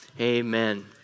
amen